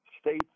states